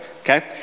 okay